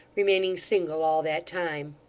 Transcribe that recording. remaining single all that time.